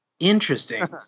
Interesting